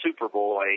Superboy